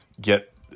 get